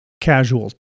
casual